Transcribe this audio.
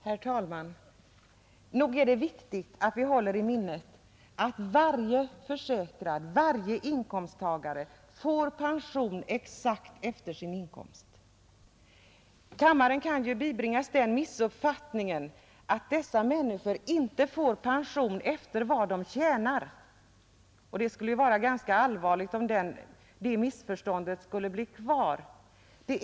Herr talman! Nog är det viktigt att vi håller i minnet att varje försäkrad, varje inkomsttagare får pension exakt efter sin inkomst. Kammaren kan ju bibringas den missuppfattningen att dessa människor inte får pension efter vad de tjänar, och det skulle vara ganska allvarligt om det missförståndet skulle bli bestående.